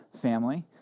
family